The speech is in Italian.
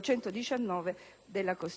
119 della Costituzione.